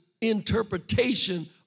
interpretation